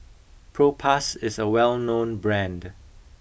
Propass is a well known brand